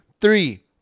three